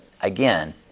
again